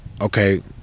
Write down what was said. okay